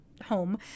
home